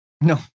No